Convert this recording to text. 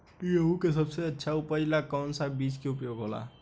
गेहूँ के सबसे अच्छा उपज ला कौन सा बिज के उपयोग होला?